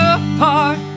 apart